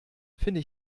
finde